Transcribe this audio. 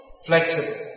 Flexible